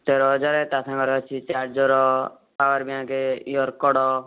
ତେର ହଜାର ତା'ସାଙ୍ଗରେ ଅଛି charger power bank ear cord